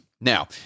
Now